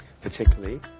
particularly